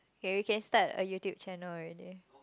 okay we can start a YouTube channel already